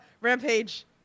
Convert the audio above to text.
Rampage